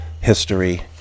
history